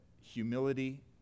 humility